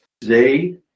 today